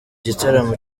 gitaramo